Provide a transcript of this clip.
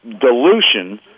dilution